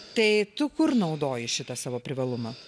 tai tu kur nori naudoju šitą savo privalumą